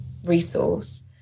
resource